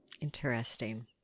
Interesting